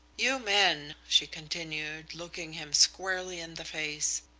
you men, she continued, looking him squarely in the face,